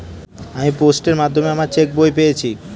আমি পোস্টের মাধ্যমে আমার চেক বই পেয়েছি